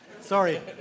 Sorry